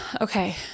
okay